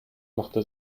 machte